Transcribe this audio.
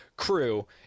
crew